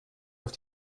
auf